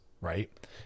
right